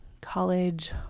college